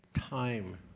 time